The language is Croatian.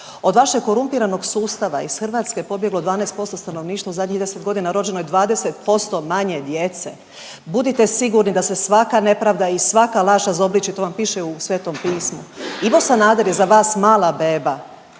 Od vašeg korumpiranog sustava iz Hrvatske je pobjeglo 12% stanovništva u zadnjih 10 godina, a rođeno je 20% manje djece. Budite sigurni da se svaka nepravda i svaka laž razobliči, to vam piše u Svetom Pismu. Ivo Sanader je za vas mala beba.